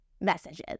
messages